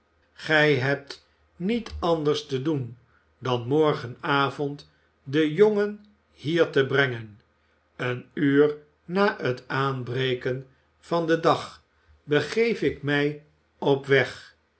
gij hebt niet anders te doen dan morgenavond den jongen hier te brengen een uur na t aanbreken van den dag begeef ik mij op weg